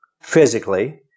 physically